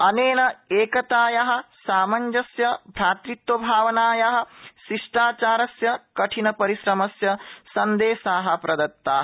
अनेन एकताया सामंजस्य भ्रतृत्वभावनाया शिष्टाचारस्य कठिनपरिश्रमंस्य सन्देशा प्रदत्ता